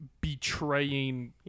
betraying